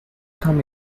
come